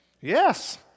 Yes